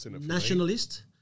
nationalist